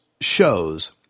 shows